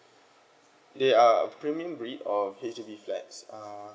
they are a premium breed of H_D_B flats err